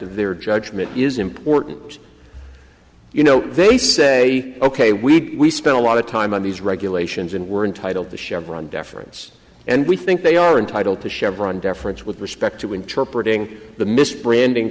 of their judgment is important you know they say ok we spent a lot of time of these regulations and we're entitled to chevron deference and we think they are entitled to chevron deference with respect to interpret ing the misbranding